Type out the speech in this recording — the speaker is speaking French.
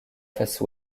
face